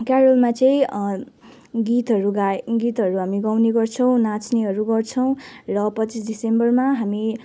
क्यारोलमा चाहिँ गीतहरू गाए गीतहरू हामी गाउने गर्छौँ नाच्नेहरू गर्छौँ र पच्चिस दिसम्बरमा हामी